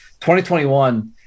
2021